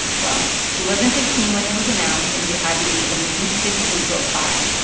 well, she wasn't fifteen when it was announced, and you had to be at least fifteen to apply.